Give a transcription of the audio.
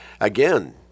again